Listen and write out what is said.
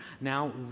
now